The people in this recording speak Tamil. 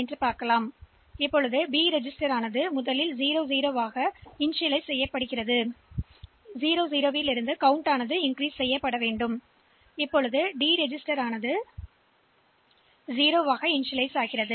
எனவே பி பதிவேட்டில் நாம் 00 ஐ சேமிக்கிறோம் அதுதான் பி பதிவேட்டில் உள்ளவற்றின் ஆரம்ப எண்ணிக்கை டி பதிவேட்டில் அந்த எண்ணிக்கை 0 மற்றும் எம்விஐ சி 08 எச் என துவக்கப்படுகிறது